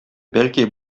бәлки